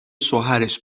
شوهرش